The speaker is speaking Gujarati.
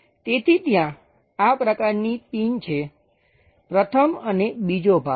તેથી ત્યાં આ પ્રકારની પિન છે પ્રથમ અને બીજો ભાગ